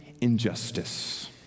injustice